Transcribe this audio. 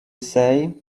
say